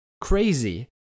crazy